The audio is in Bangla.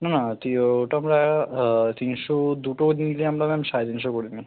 না না তি ও ওটা আপনার তিনশো দুটো নিলে আমরা ম্যাম সাড়ে তিনশো করে নিই